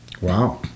Wow